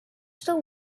still